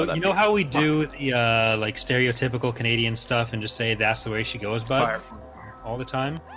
but um know how we do yeah like stereotypical canadian stuff and just say that's the way she goes bar all the time.